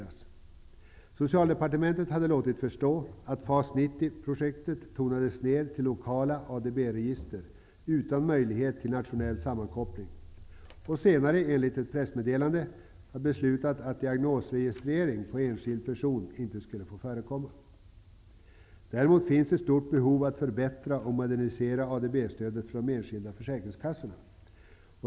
Socialdepartementet hade låtit förstå att FAS 90-projektet skulle tonas ner till lokala ADB-register utan möjlighet till nationell sammankoppling. Senare har man, enligt ett pressmeddelande, beslutat att diagnosregistrering på enskild person inte skall få förekomma. Däremot finns det ett stort behov av ett förbättrat och moderniserat ADB-stöd för de enskilda försäkringskassorna.